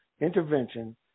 intervention